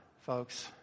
folks